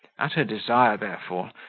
at her desire, therefore,